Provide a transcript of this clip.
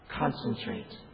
concentrate